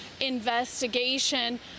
investigation